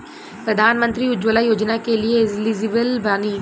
प्रधानमंत्री उज्जवला योजना के लिए एलिजिबल बानी?